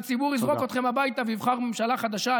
והציבור יזרוק אתכם הביתה ויבחר ממשלה חדשה,